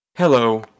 Hello